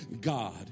God